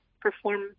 perform